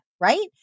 right